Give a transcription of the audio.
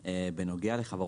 הלאה.